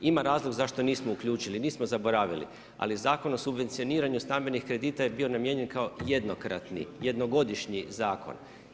Ima razlog zašto nismo uključili, nismo zaboravili ali Zakon o subvencioniranju stambenih kredita je bio namijenjen kao jednokratni, jednogodišnji zakon.